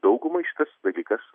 daugumai šitas dalykas